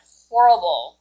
horrible